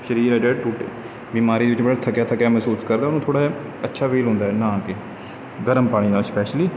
ਸਰੀਰ ਹੈ ਜਿਹੜਾ ਟੁੱਟ ਬਿਮਾਰੀ ਦੇ ਵਿੱਚ ਬੜਾ ਥੱਕਿਆ ਥੱਕਿਆ ਮਹਿਸੂਸ ਕਰਦਾ ਉਹਨੂੰ ਥੋੜ੍ਹਾ ਜਿਹਾ ਅੱਛਾ ਫੀਲ ਹੁੰਦਾ ਨਹਾ ਕੇ ਗਰਮ ਪਾਣੀ ਨਾਲ ਸਪੈਸ਼ਲੀ